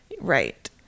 right